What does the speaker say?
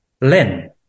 Len